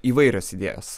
įvairios idėjos